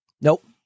Nope